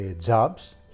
jobs